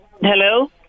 Hello